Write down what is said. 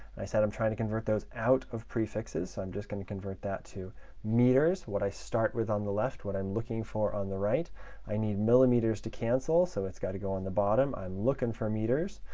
i said i'm trying to convert those out of prefixes, so i'm just going to convert that to meters. what i start with on the left, what i'm looking for on the right i need millimeters to cancel, so it's got to go on the bottom. i'm looking for meters,